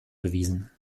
bewiesen